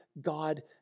God